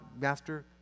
Master